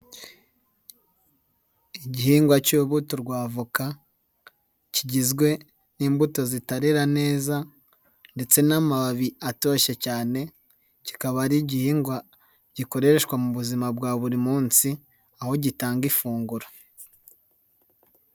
Igihingwa cy'urubuto rwa avoka kigizwe n'imbuto zitarera neza ndetse n'amababi atoshye cyane, kikaba ari igihingwa gikoreshwa mu buzima bwa buri munsi, aho gitanga ifunguro.